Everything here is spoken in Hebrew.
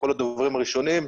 הדוברים הראשונים,